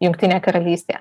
jungtinė karalystė